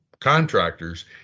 contractors